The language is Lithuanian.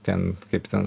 ten kaip ten